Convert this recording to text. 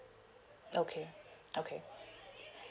okay okay